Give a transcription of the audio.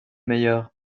meilleur